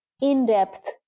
in-depth